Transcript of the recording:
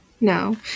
No